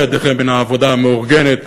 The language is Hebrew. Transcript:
הסירו ידיכם מן העבודה המאורגנת,